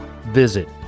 Visit